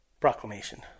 proclamation